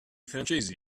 francesi